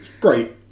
Great